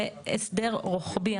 זה הסדר רוחבי.